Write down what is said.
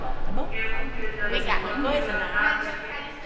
गेहूं के जल्दी पके ल का करियै?